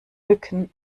mücken